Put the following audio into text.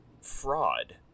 fraud